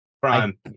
Prime